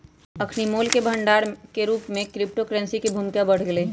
अखनि मोल के भंडार के रूप में क्रिप्टो करेंसी के भूमिका बढ़ गेलइ